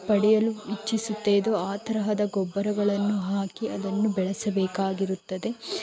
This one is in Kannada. ಪಡೆಯಲು ಇಚ್ಛಿಸುತ್ತದೋ ಆ ತರಹದ ಗೊಬ್ಬರಗಳನ್ನು ಹಾಕಿ ಅದನ್ನು ಬೆಳೆಸಬೇಕಾಗಿರುತ್ತದೆ